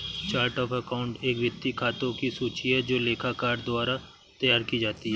chart of account एक वित्तीय खातों की सूची है जो लेखाकार द्वारा तैयार की जाती है